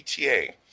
ETA